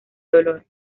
dolor